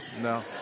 No